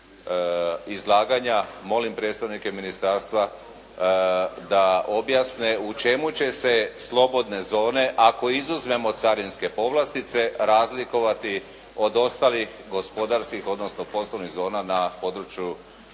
izlaganja molim predstavnike ministarstva da objasne u čemu će se slobodne zone, ako izuzmemo carinske povlastice razlikovati od ostalih gospodarskih, odnosno poslovnih zona na području